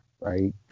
right